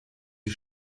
die